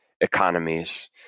economies